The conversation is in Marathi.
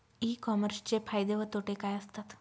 ई कॉमर्सचे फायदे व तोटे काय असतात?